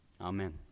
Amen